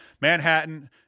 Manhattan